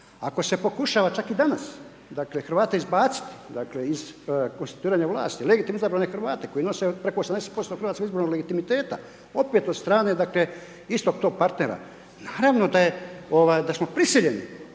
ako se pokušava čak i danas dakle Hrvate izbaciti dakle iz konstituiranja vlasti, legitimno izabrane Hrvate koji nosi preko 80% hrvatskog izbornog legitimiteta opet od strane dakle istog tog partnera, naravno da smo prisiljeni